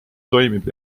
toimib